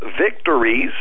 victories